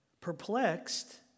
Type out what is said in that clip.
Perplexed